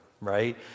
right